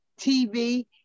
TV